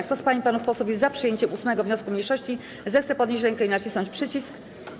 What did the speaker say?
Kto z pań i panów posłów jest za przyjęciem 8. wniosku mniejszości, zechce podnieść rękę i nacisnąć przycisk.